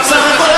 כמה היו בסך הכול?